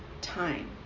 time